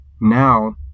now